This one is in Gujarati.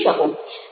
તમારી પસંદગી છે